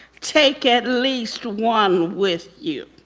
take at least one with you.